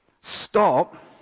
stop